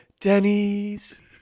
Denny's